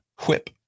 whip